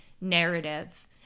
narrative